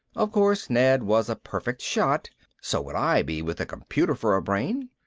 of course ned was a perfect shot so would i be with a computer for a brain.